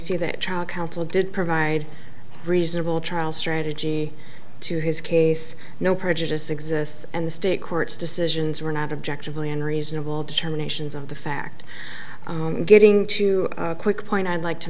see that trial counsel did provide reasonable trial strategy to his case no prejudice exists and the state court's decisions were not objective million reasonable determinations of the fact and getting to a quick point i'd like to